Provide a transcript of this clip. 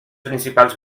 principals